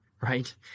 right